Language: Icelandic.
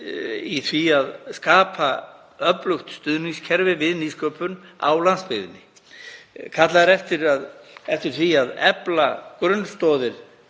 í því að skapa öflugt stuðningskerfi við nýsköpun á landsbyggðinni. Kallað er eftir því að efla grunnstoðir